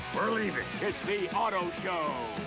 we're leaving. it's the otto show!